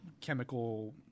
chemical